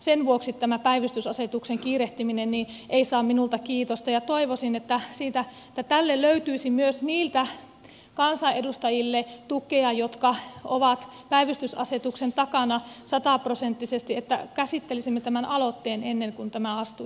sen vuoksi tämä päivystysasetuksen kiirehtiminen ei saa minulta kiitosta ja toivoisin että tälle löytyisi myös niiltä kansanedustajilta tukea jotka ovat päivystysasetuksen takana sataprosenttisesti että käsittelisimme tämän aloitteen ennen kuin tämä astuisi voimaan